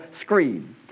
screen